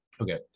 Okay